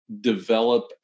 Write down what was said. develop